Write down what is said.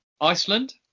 Iceland